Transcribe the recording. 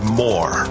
more